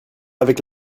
avec